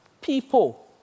People